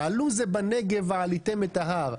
"עלו את זה בנגב ועליתם את ההר",